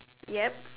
yup